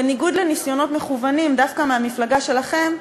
בניגוד לניסיונות מכוונים דווקא מהמפלגה שלכם,